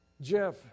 Jeff